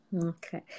Okay